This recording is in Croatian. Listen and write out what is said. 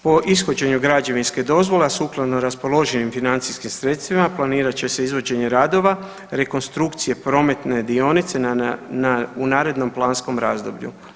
Po ishođenju građevinske dozvole, a sukladno raspoloživim financijskim sredstvima planirat će se izvođenje radova rekonstrukcije prometne dionice u narednom planskom razdoblju.